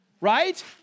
Right